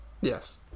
Yes